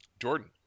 jordan